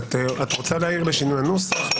את רוצה להעיר לשינוי הנוסח?